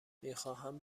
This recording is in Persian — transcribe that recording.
میخواهند